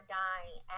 dying